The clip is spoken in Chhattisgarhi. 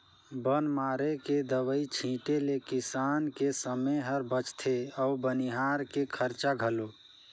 बन मारे के दवई छीटें ले किसान के समे हर बचथे अउ बनिहार के खरचा घलो